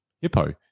Hippo